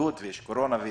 בידוד ויש קורונה.